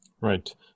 Right